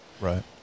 Right